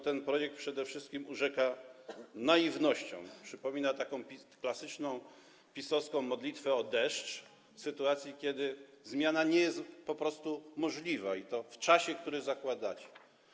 Ten projekt przede wszystkim urzeka naiwnością, przypomina klasyczną PiS-owską modlitwę o deszcz w sytuacji, kiedy zmiana nie jest po prostu możliwa, i to w czasie, który zakładacie.